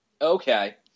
Okay